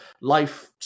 life